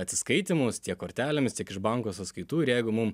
atsiskaitymus tiek kortelėmis tiek iš banko sąskaitų ir jeigu mum